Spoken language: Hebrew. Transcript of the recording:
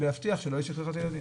להבטיח שלא יהיה שכחת ילדים.